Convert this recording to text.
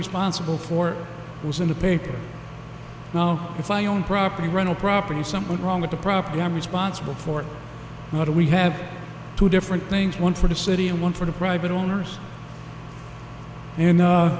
responsible for it was in the paper now if i own property rental property something wrong with the proper grammar responsible for it why do we have two different things one for the city and one for the private owners